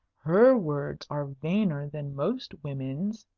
her words are vainer than most women's,